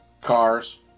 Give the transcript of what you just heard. Cars